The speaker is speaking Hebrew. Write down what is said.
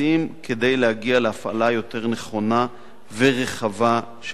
כדי להגיע להפעלה יותר נכונה ורחבה של התוכנית.